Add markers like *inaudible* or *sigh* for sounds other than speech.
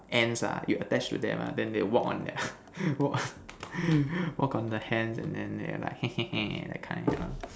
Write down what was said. ants ah you attach to them ah then they walk on the *noise* walk on the hands and then they like *noise* that kind you know